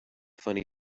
funny